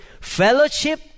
Fellowship